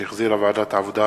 שהחזירה ועדת העבודה,